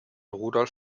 rudolf